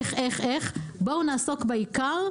איך איך בואו נעסוק בעיקר,